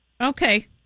Okay